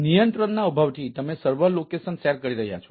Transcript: નિયંત્રણના અભાવથી તમે સર્વર લોકેશન શેર કરી રહ્યા છો